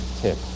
tip